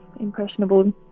impressionable